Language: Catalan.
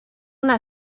una